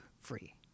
free